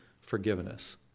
forgiveness